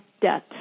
debt